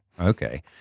Okay